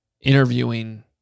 interviewing